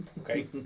Okay